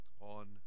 on